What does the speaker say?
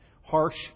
harsh